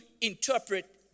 interpret